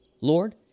Lord